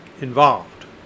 involved